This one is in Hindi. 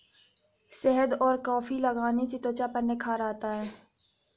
शहद और कॉफी लगाने से त्वचा पर निखार आता है